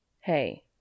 Hey